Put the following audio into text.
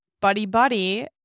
buddy-buddy